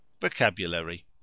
Vocabulary